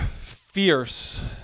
fierce